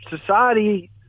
society